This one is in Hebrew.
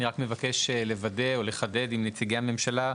אני רק מבקש לוודא או לחדד עם נציגי הממשלה,